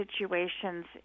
situations